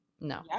no